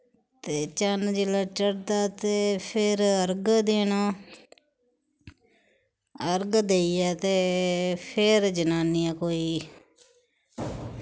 ते चन्न जेल्लै चढ़दा ते फिर अर्ग देना अर्ग देइयै ते फिर जनानियां कोई